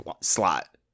slot